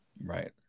Right